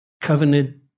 covenanted